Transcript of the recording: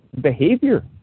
behavior